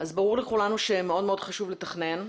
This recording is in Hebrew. ברור לכולנו שמאוד חשוב לתכנן,